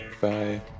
Bye